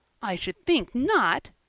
i should think not,